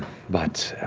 but